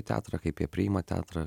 į teatrą kaip jie priima teatrą